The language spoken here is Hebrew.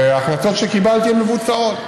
וההחלטות שקיבלתי מבוצעות.